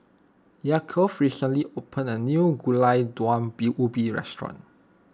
Yaakov recently opened a new Gulai Daun Ubi restaurant